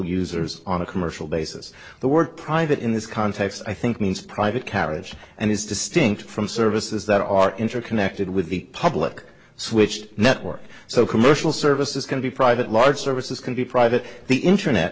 users on a commercial basis the word private in this context i think means private carriage and is distinct from services that are interconnected with the public switched network so commercial services can be private large services can be private the internet